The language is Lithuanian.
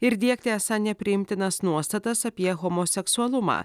ir diegti esą nepriimtinas nuostatas apie homoseksualumą